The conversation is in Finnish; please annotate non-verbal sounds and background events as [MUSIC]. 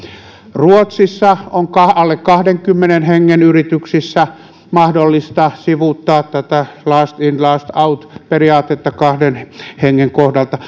ruotsissa on alle kahdenkymmenen hengen yrityksissä mahdollista sivuuttaa tätä last in first out periaatetta kahden hengen kohdalta [UNINTELLIGIBLE]